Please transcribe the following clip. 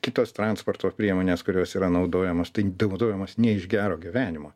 kitos transporto priemonės kurios yra naudojamos tai naudojamas ne iš gero gyvenimo